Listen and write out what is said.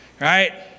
right